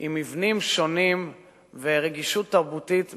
עם מבנים שונים ורגישות תרבותית מקיפה.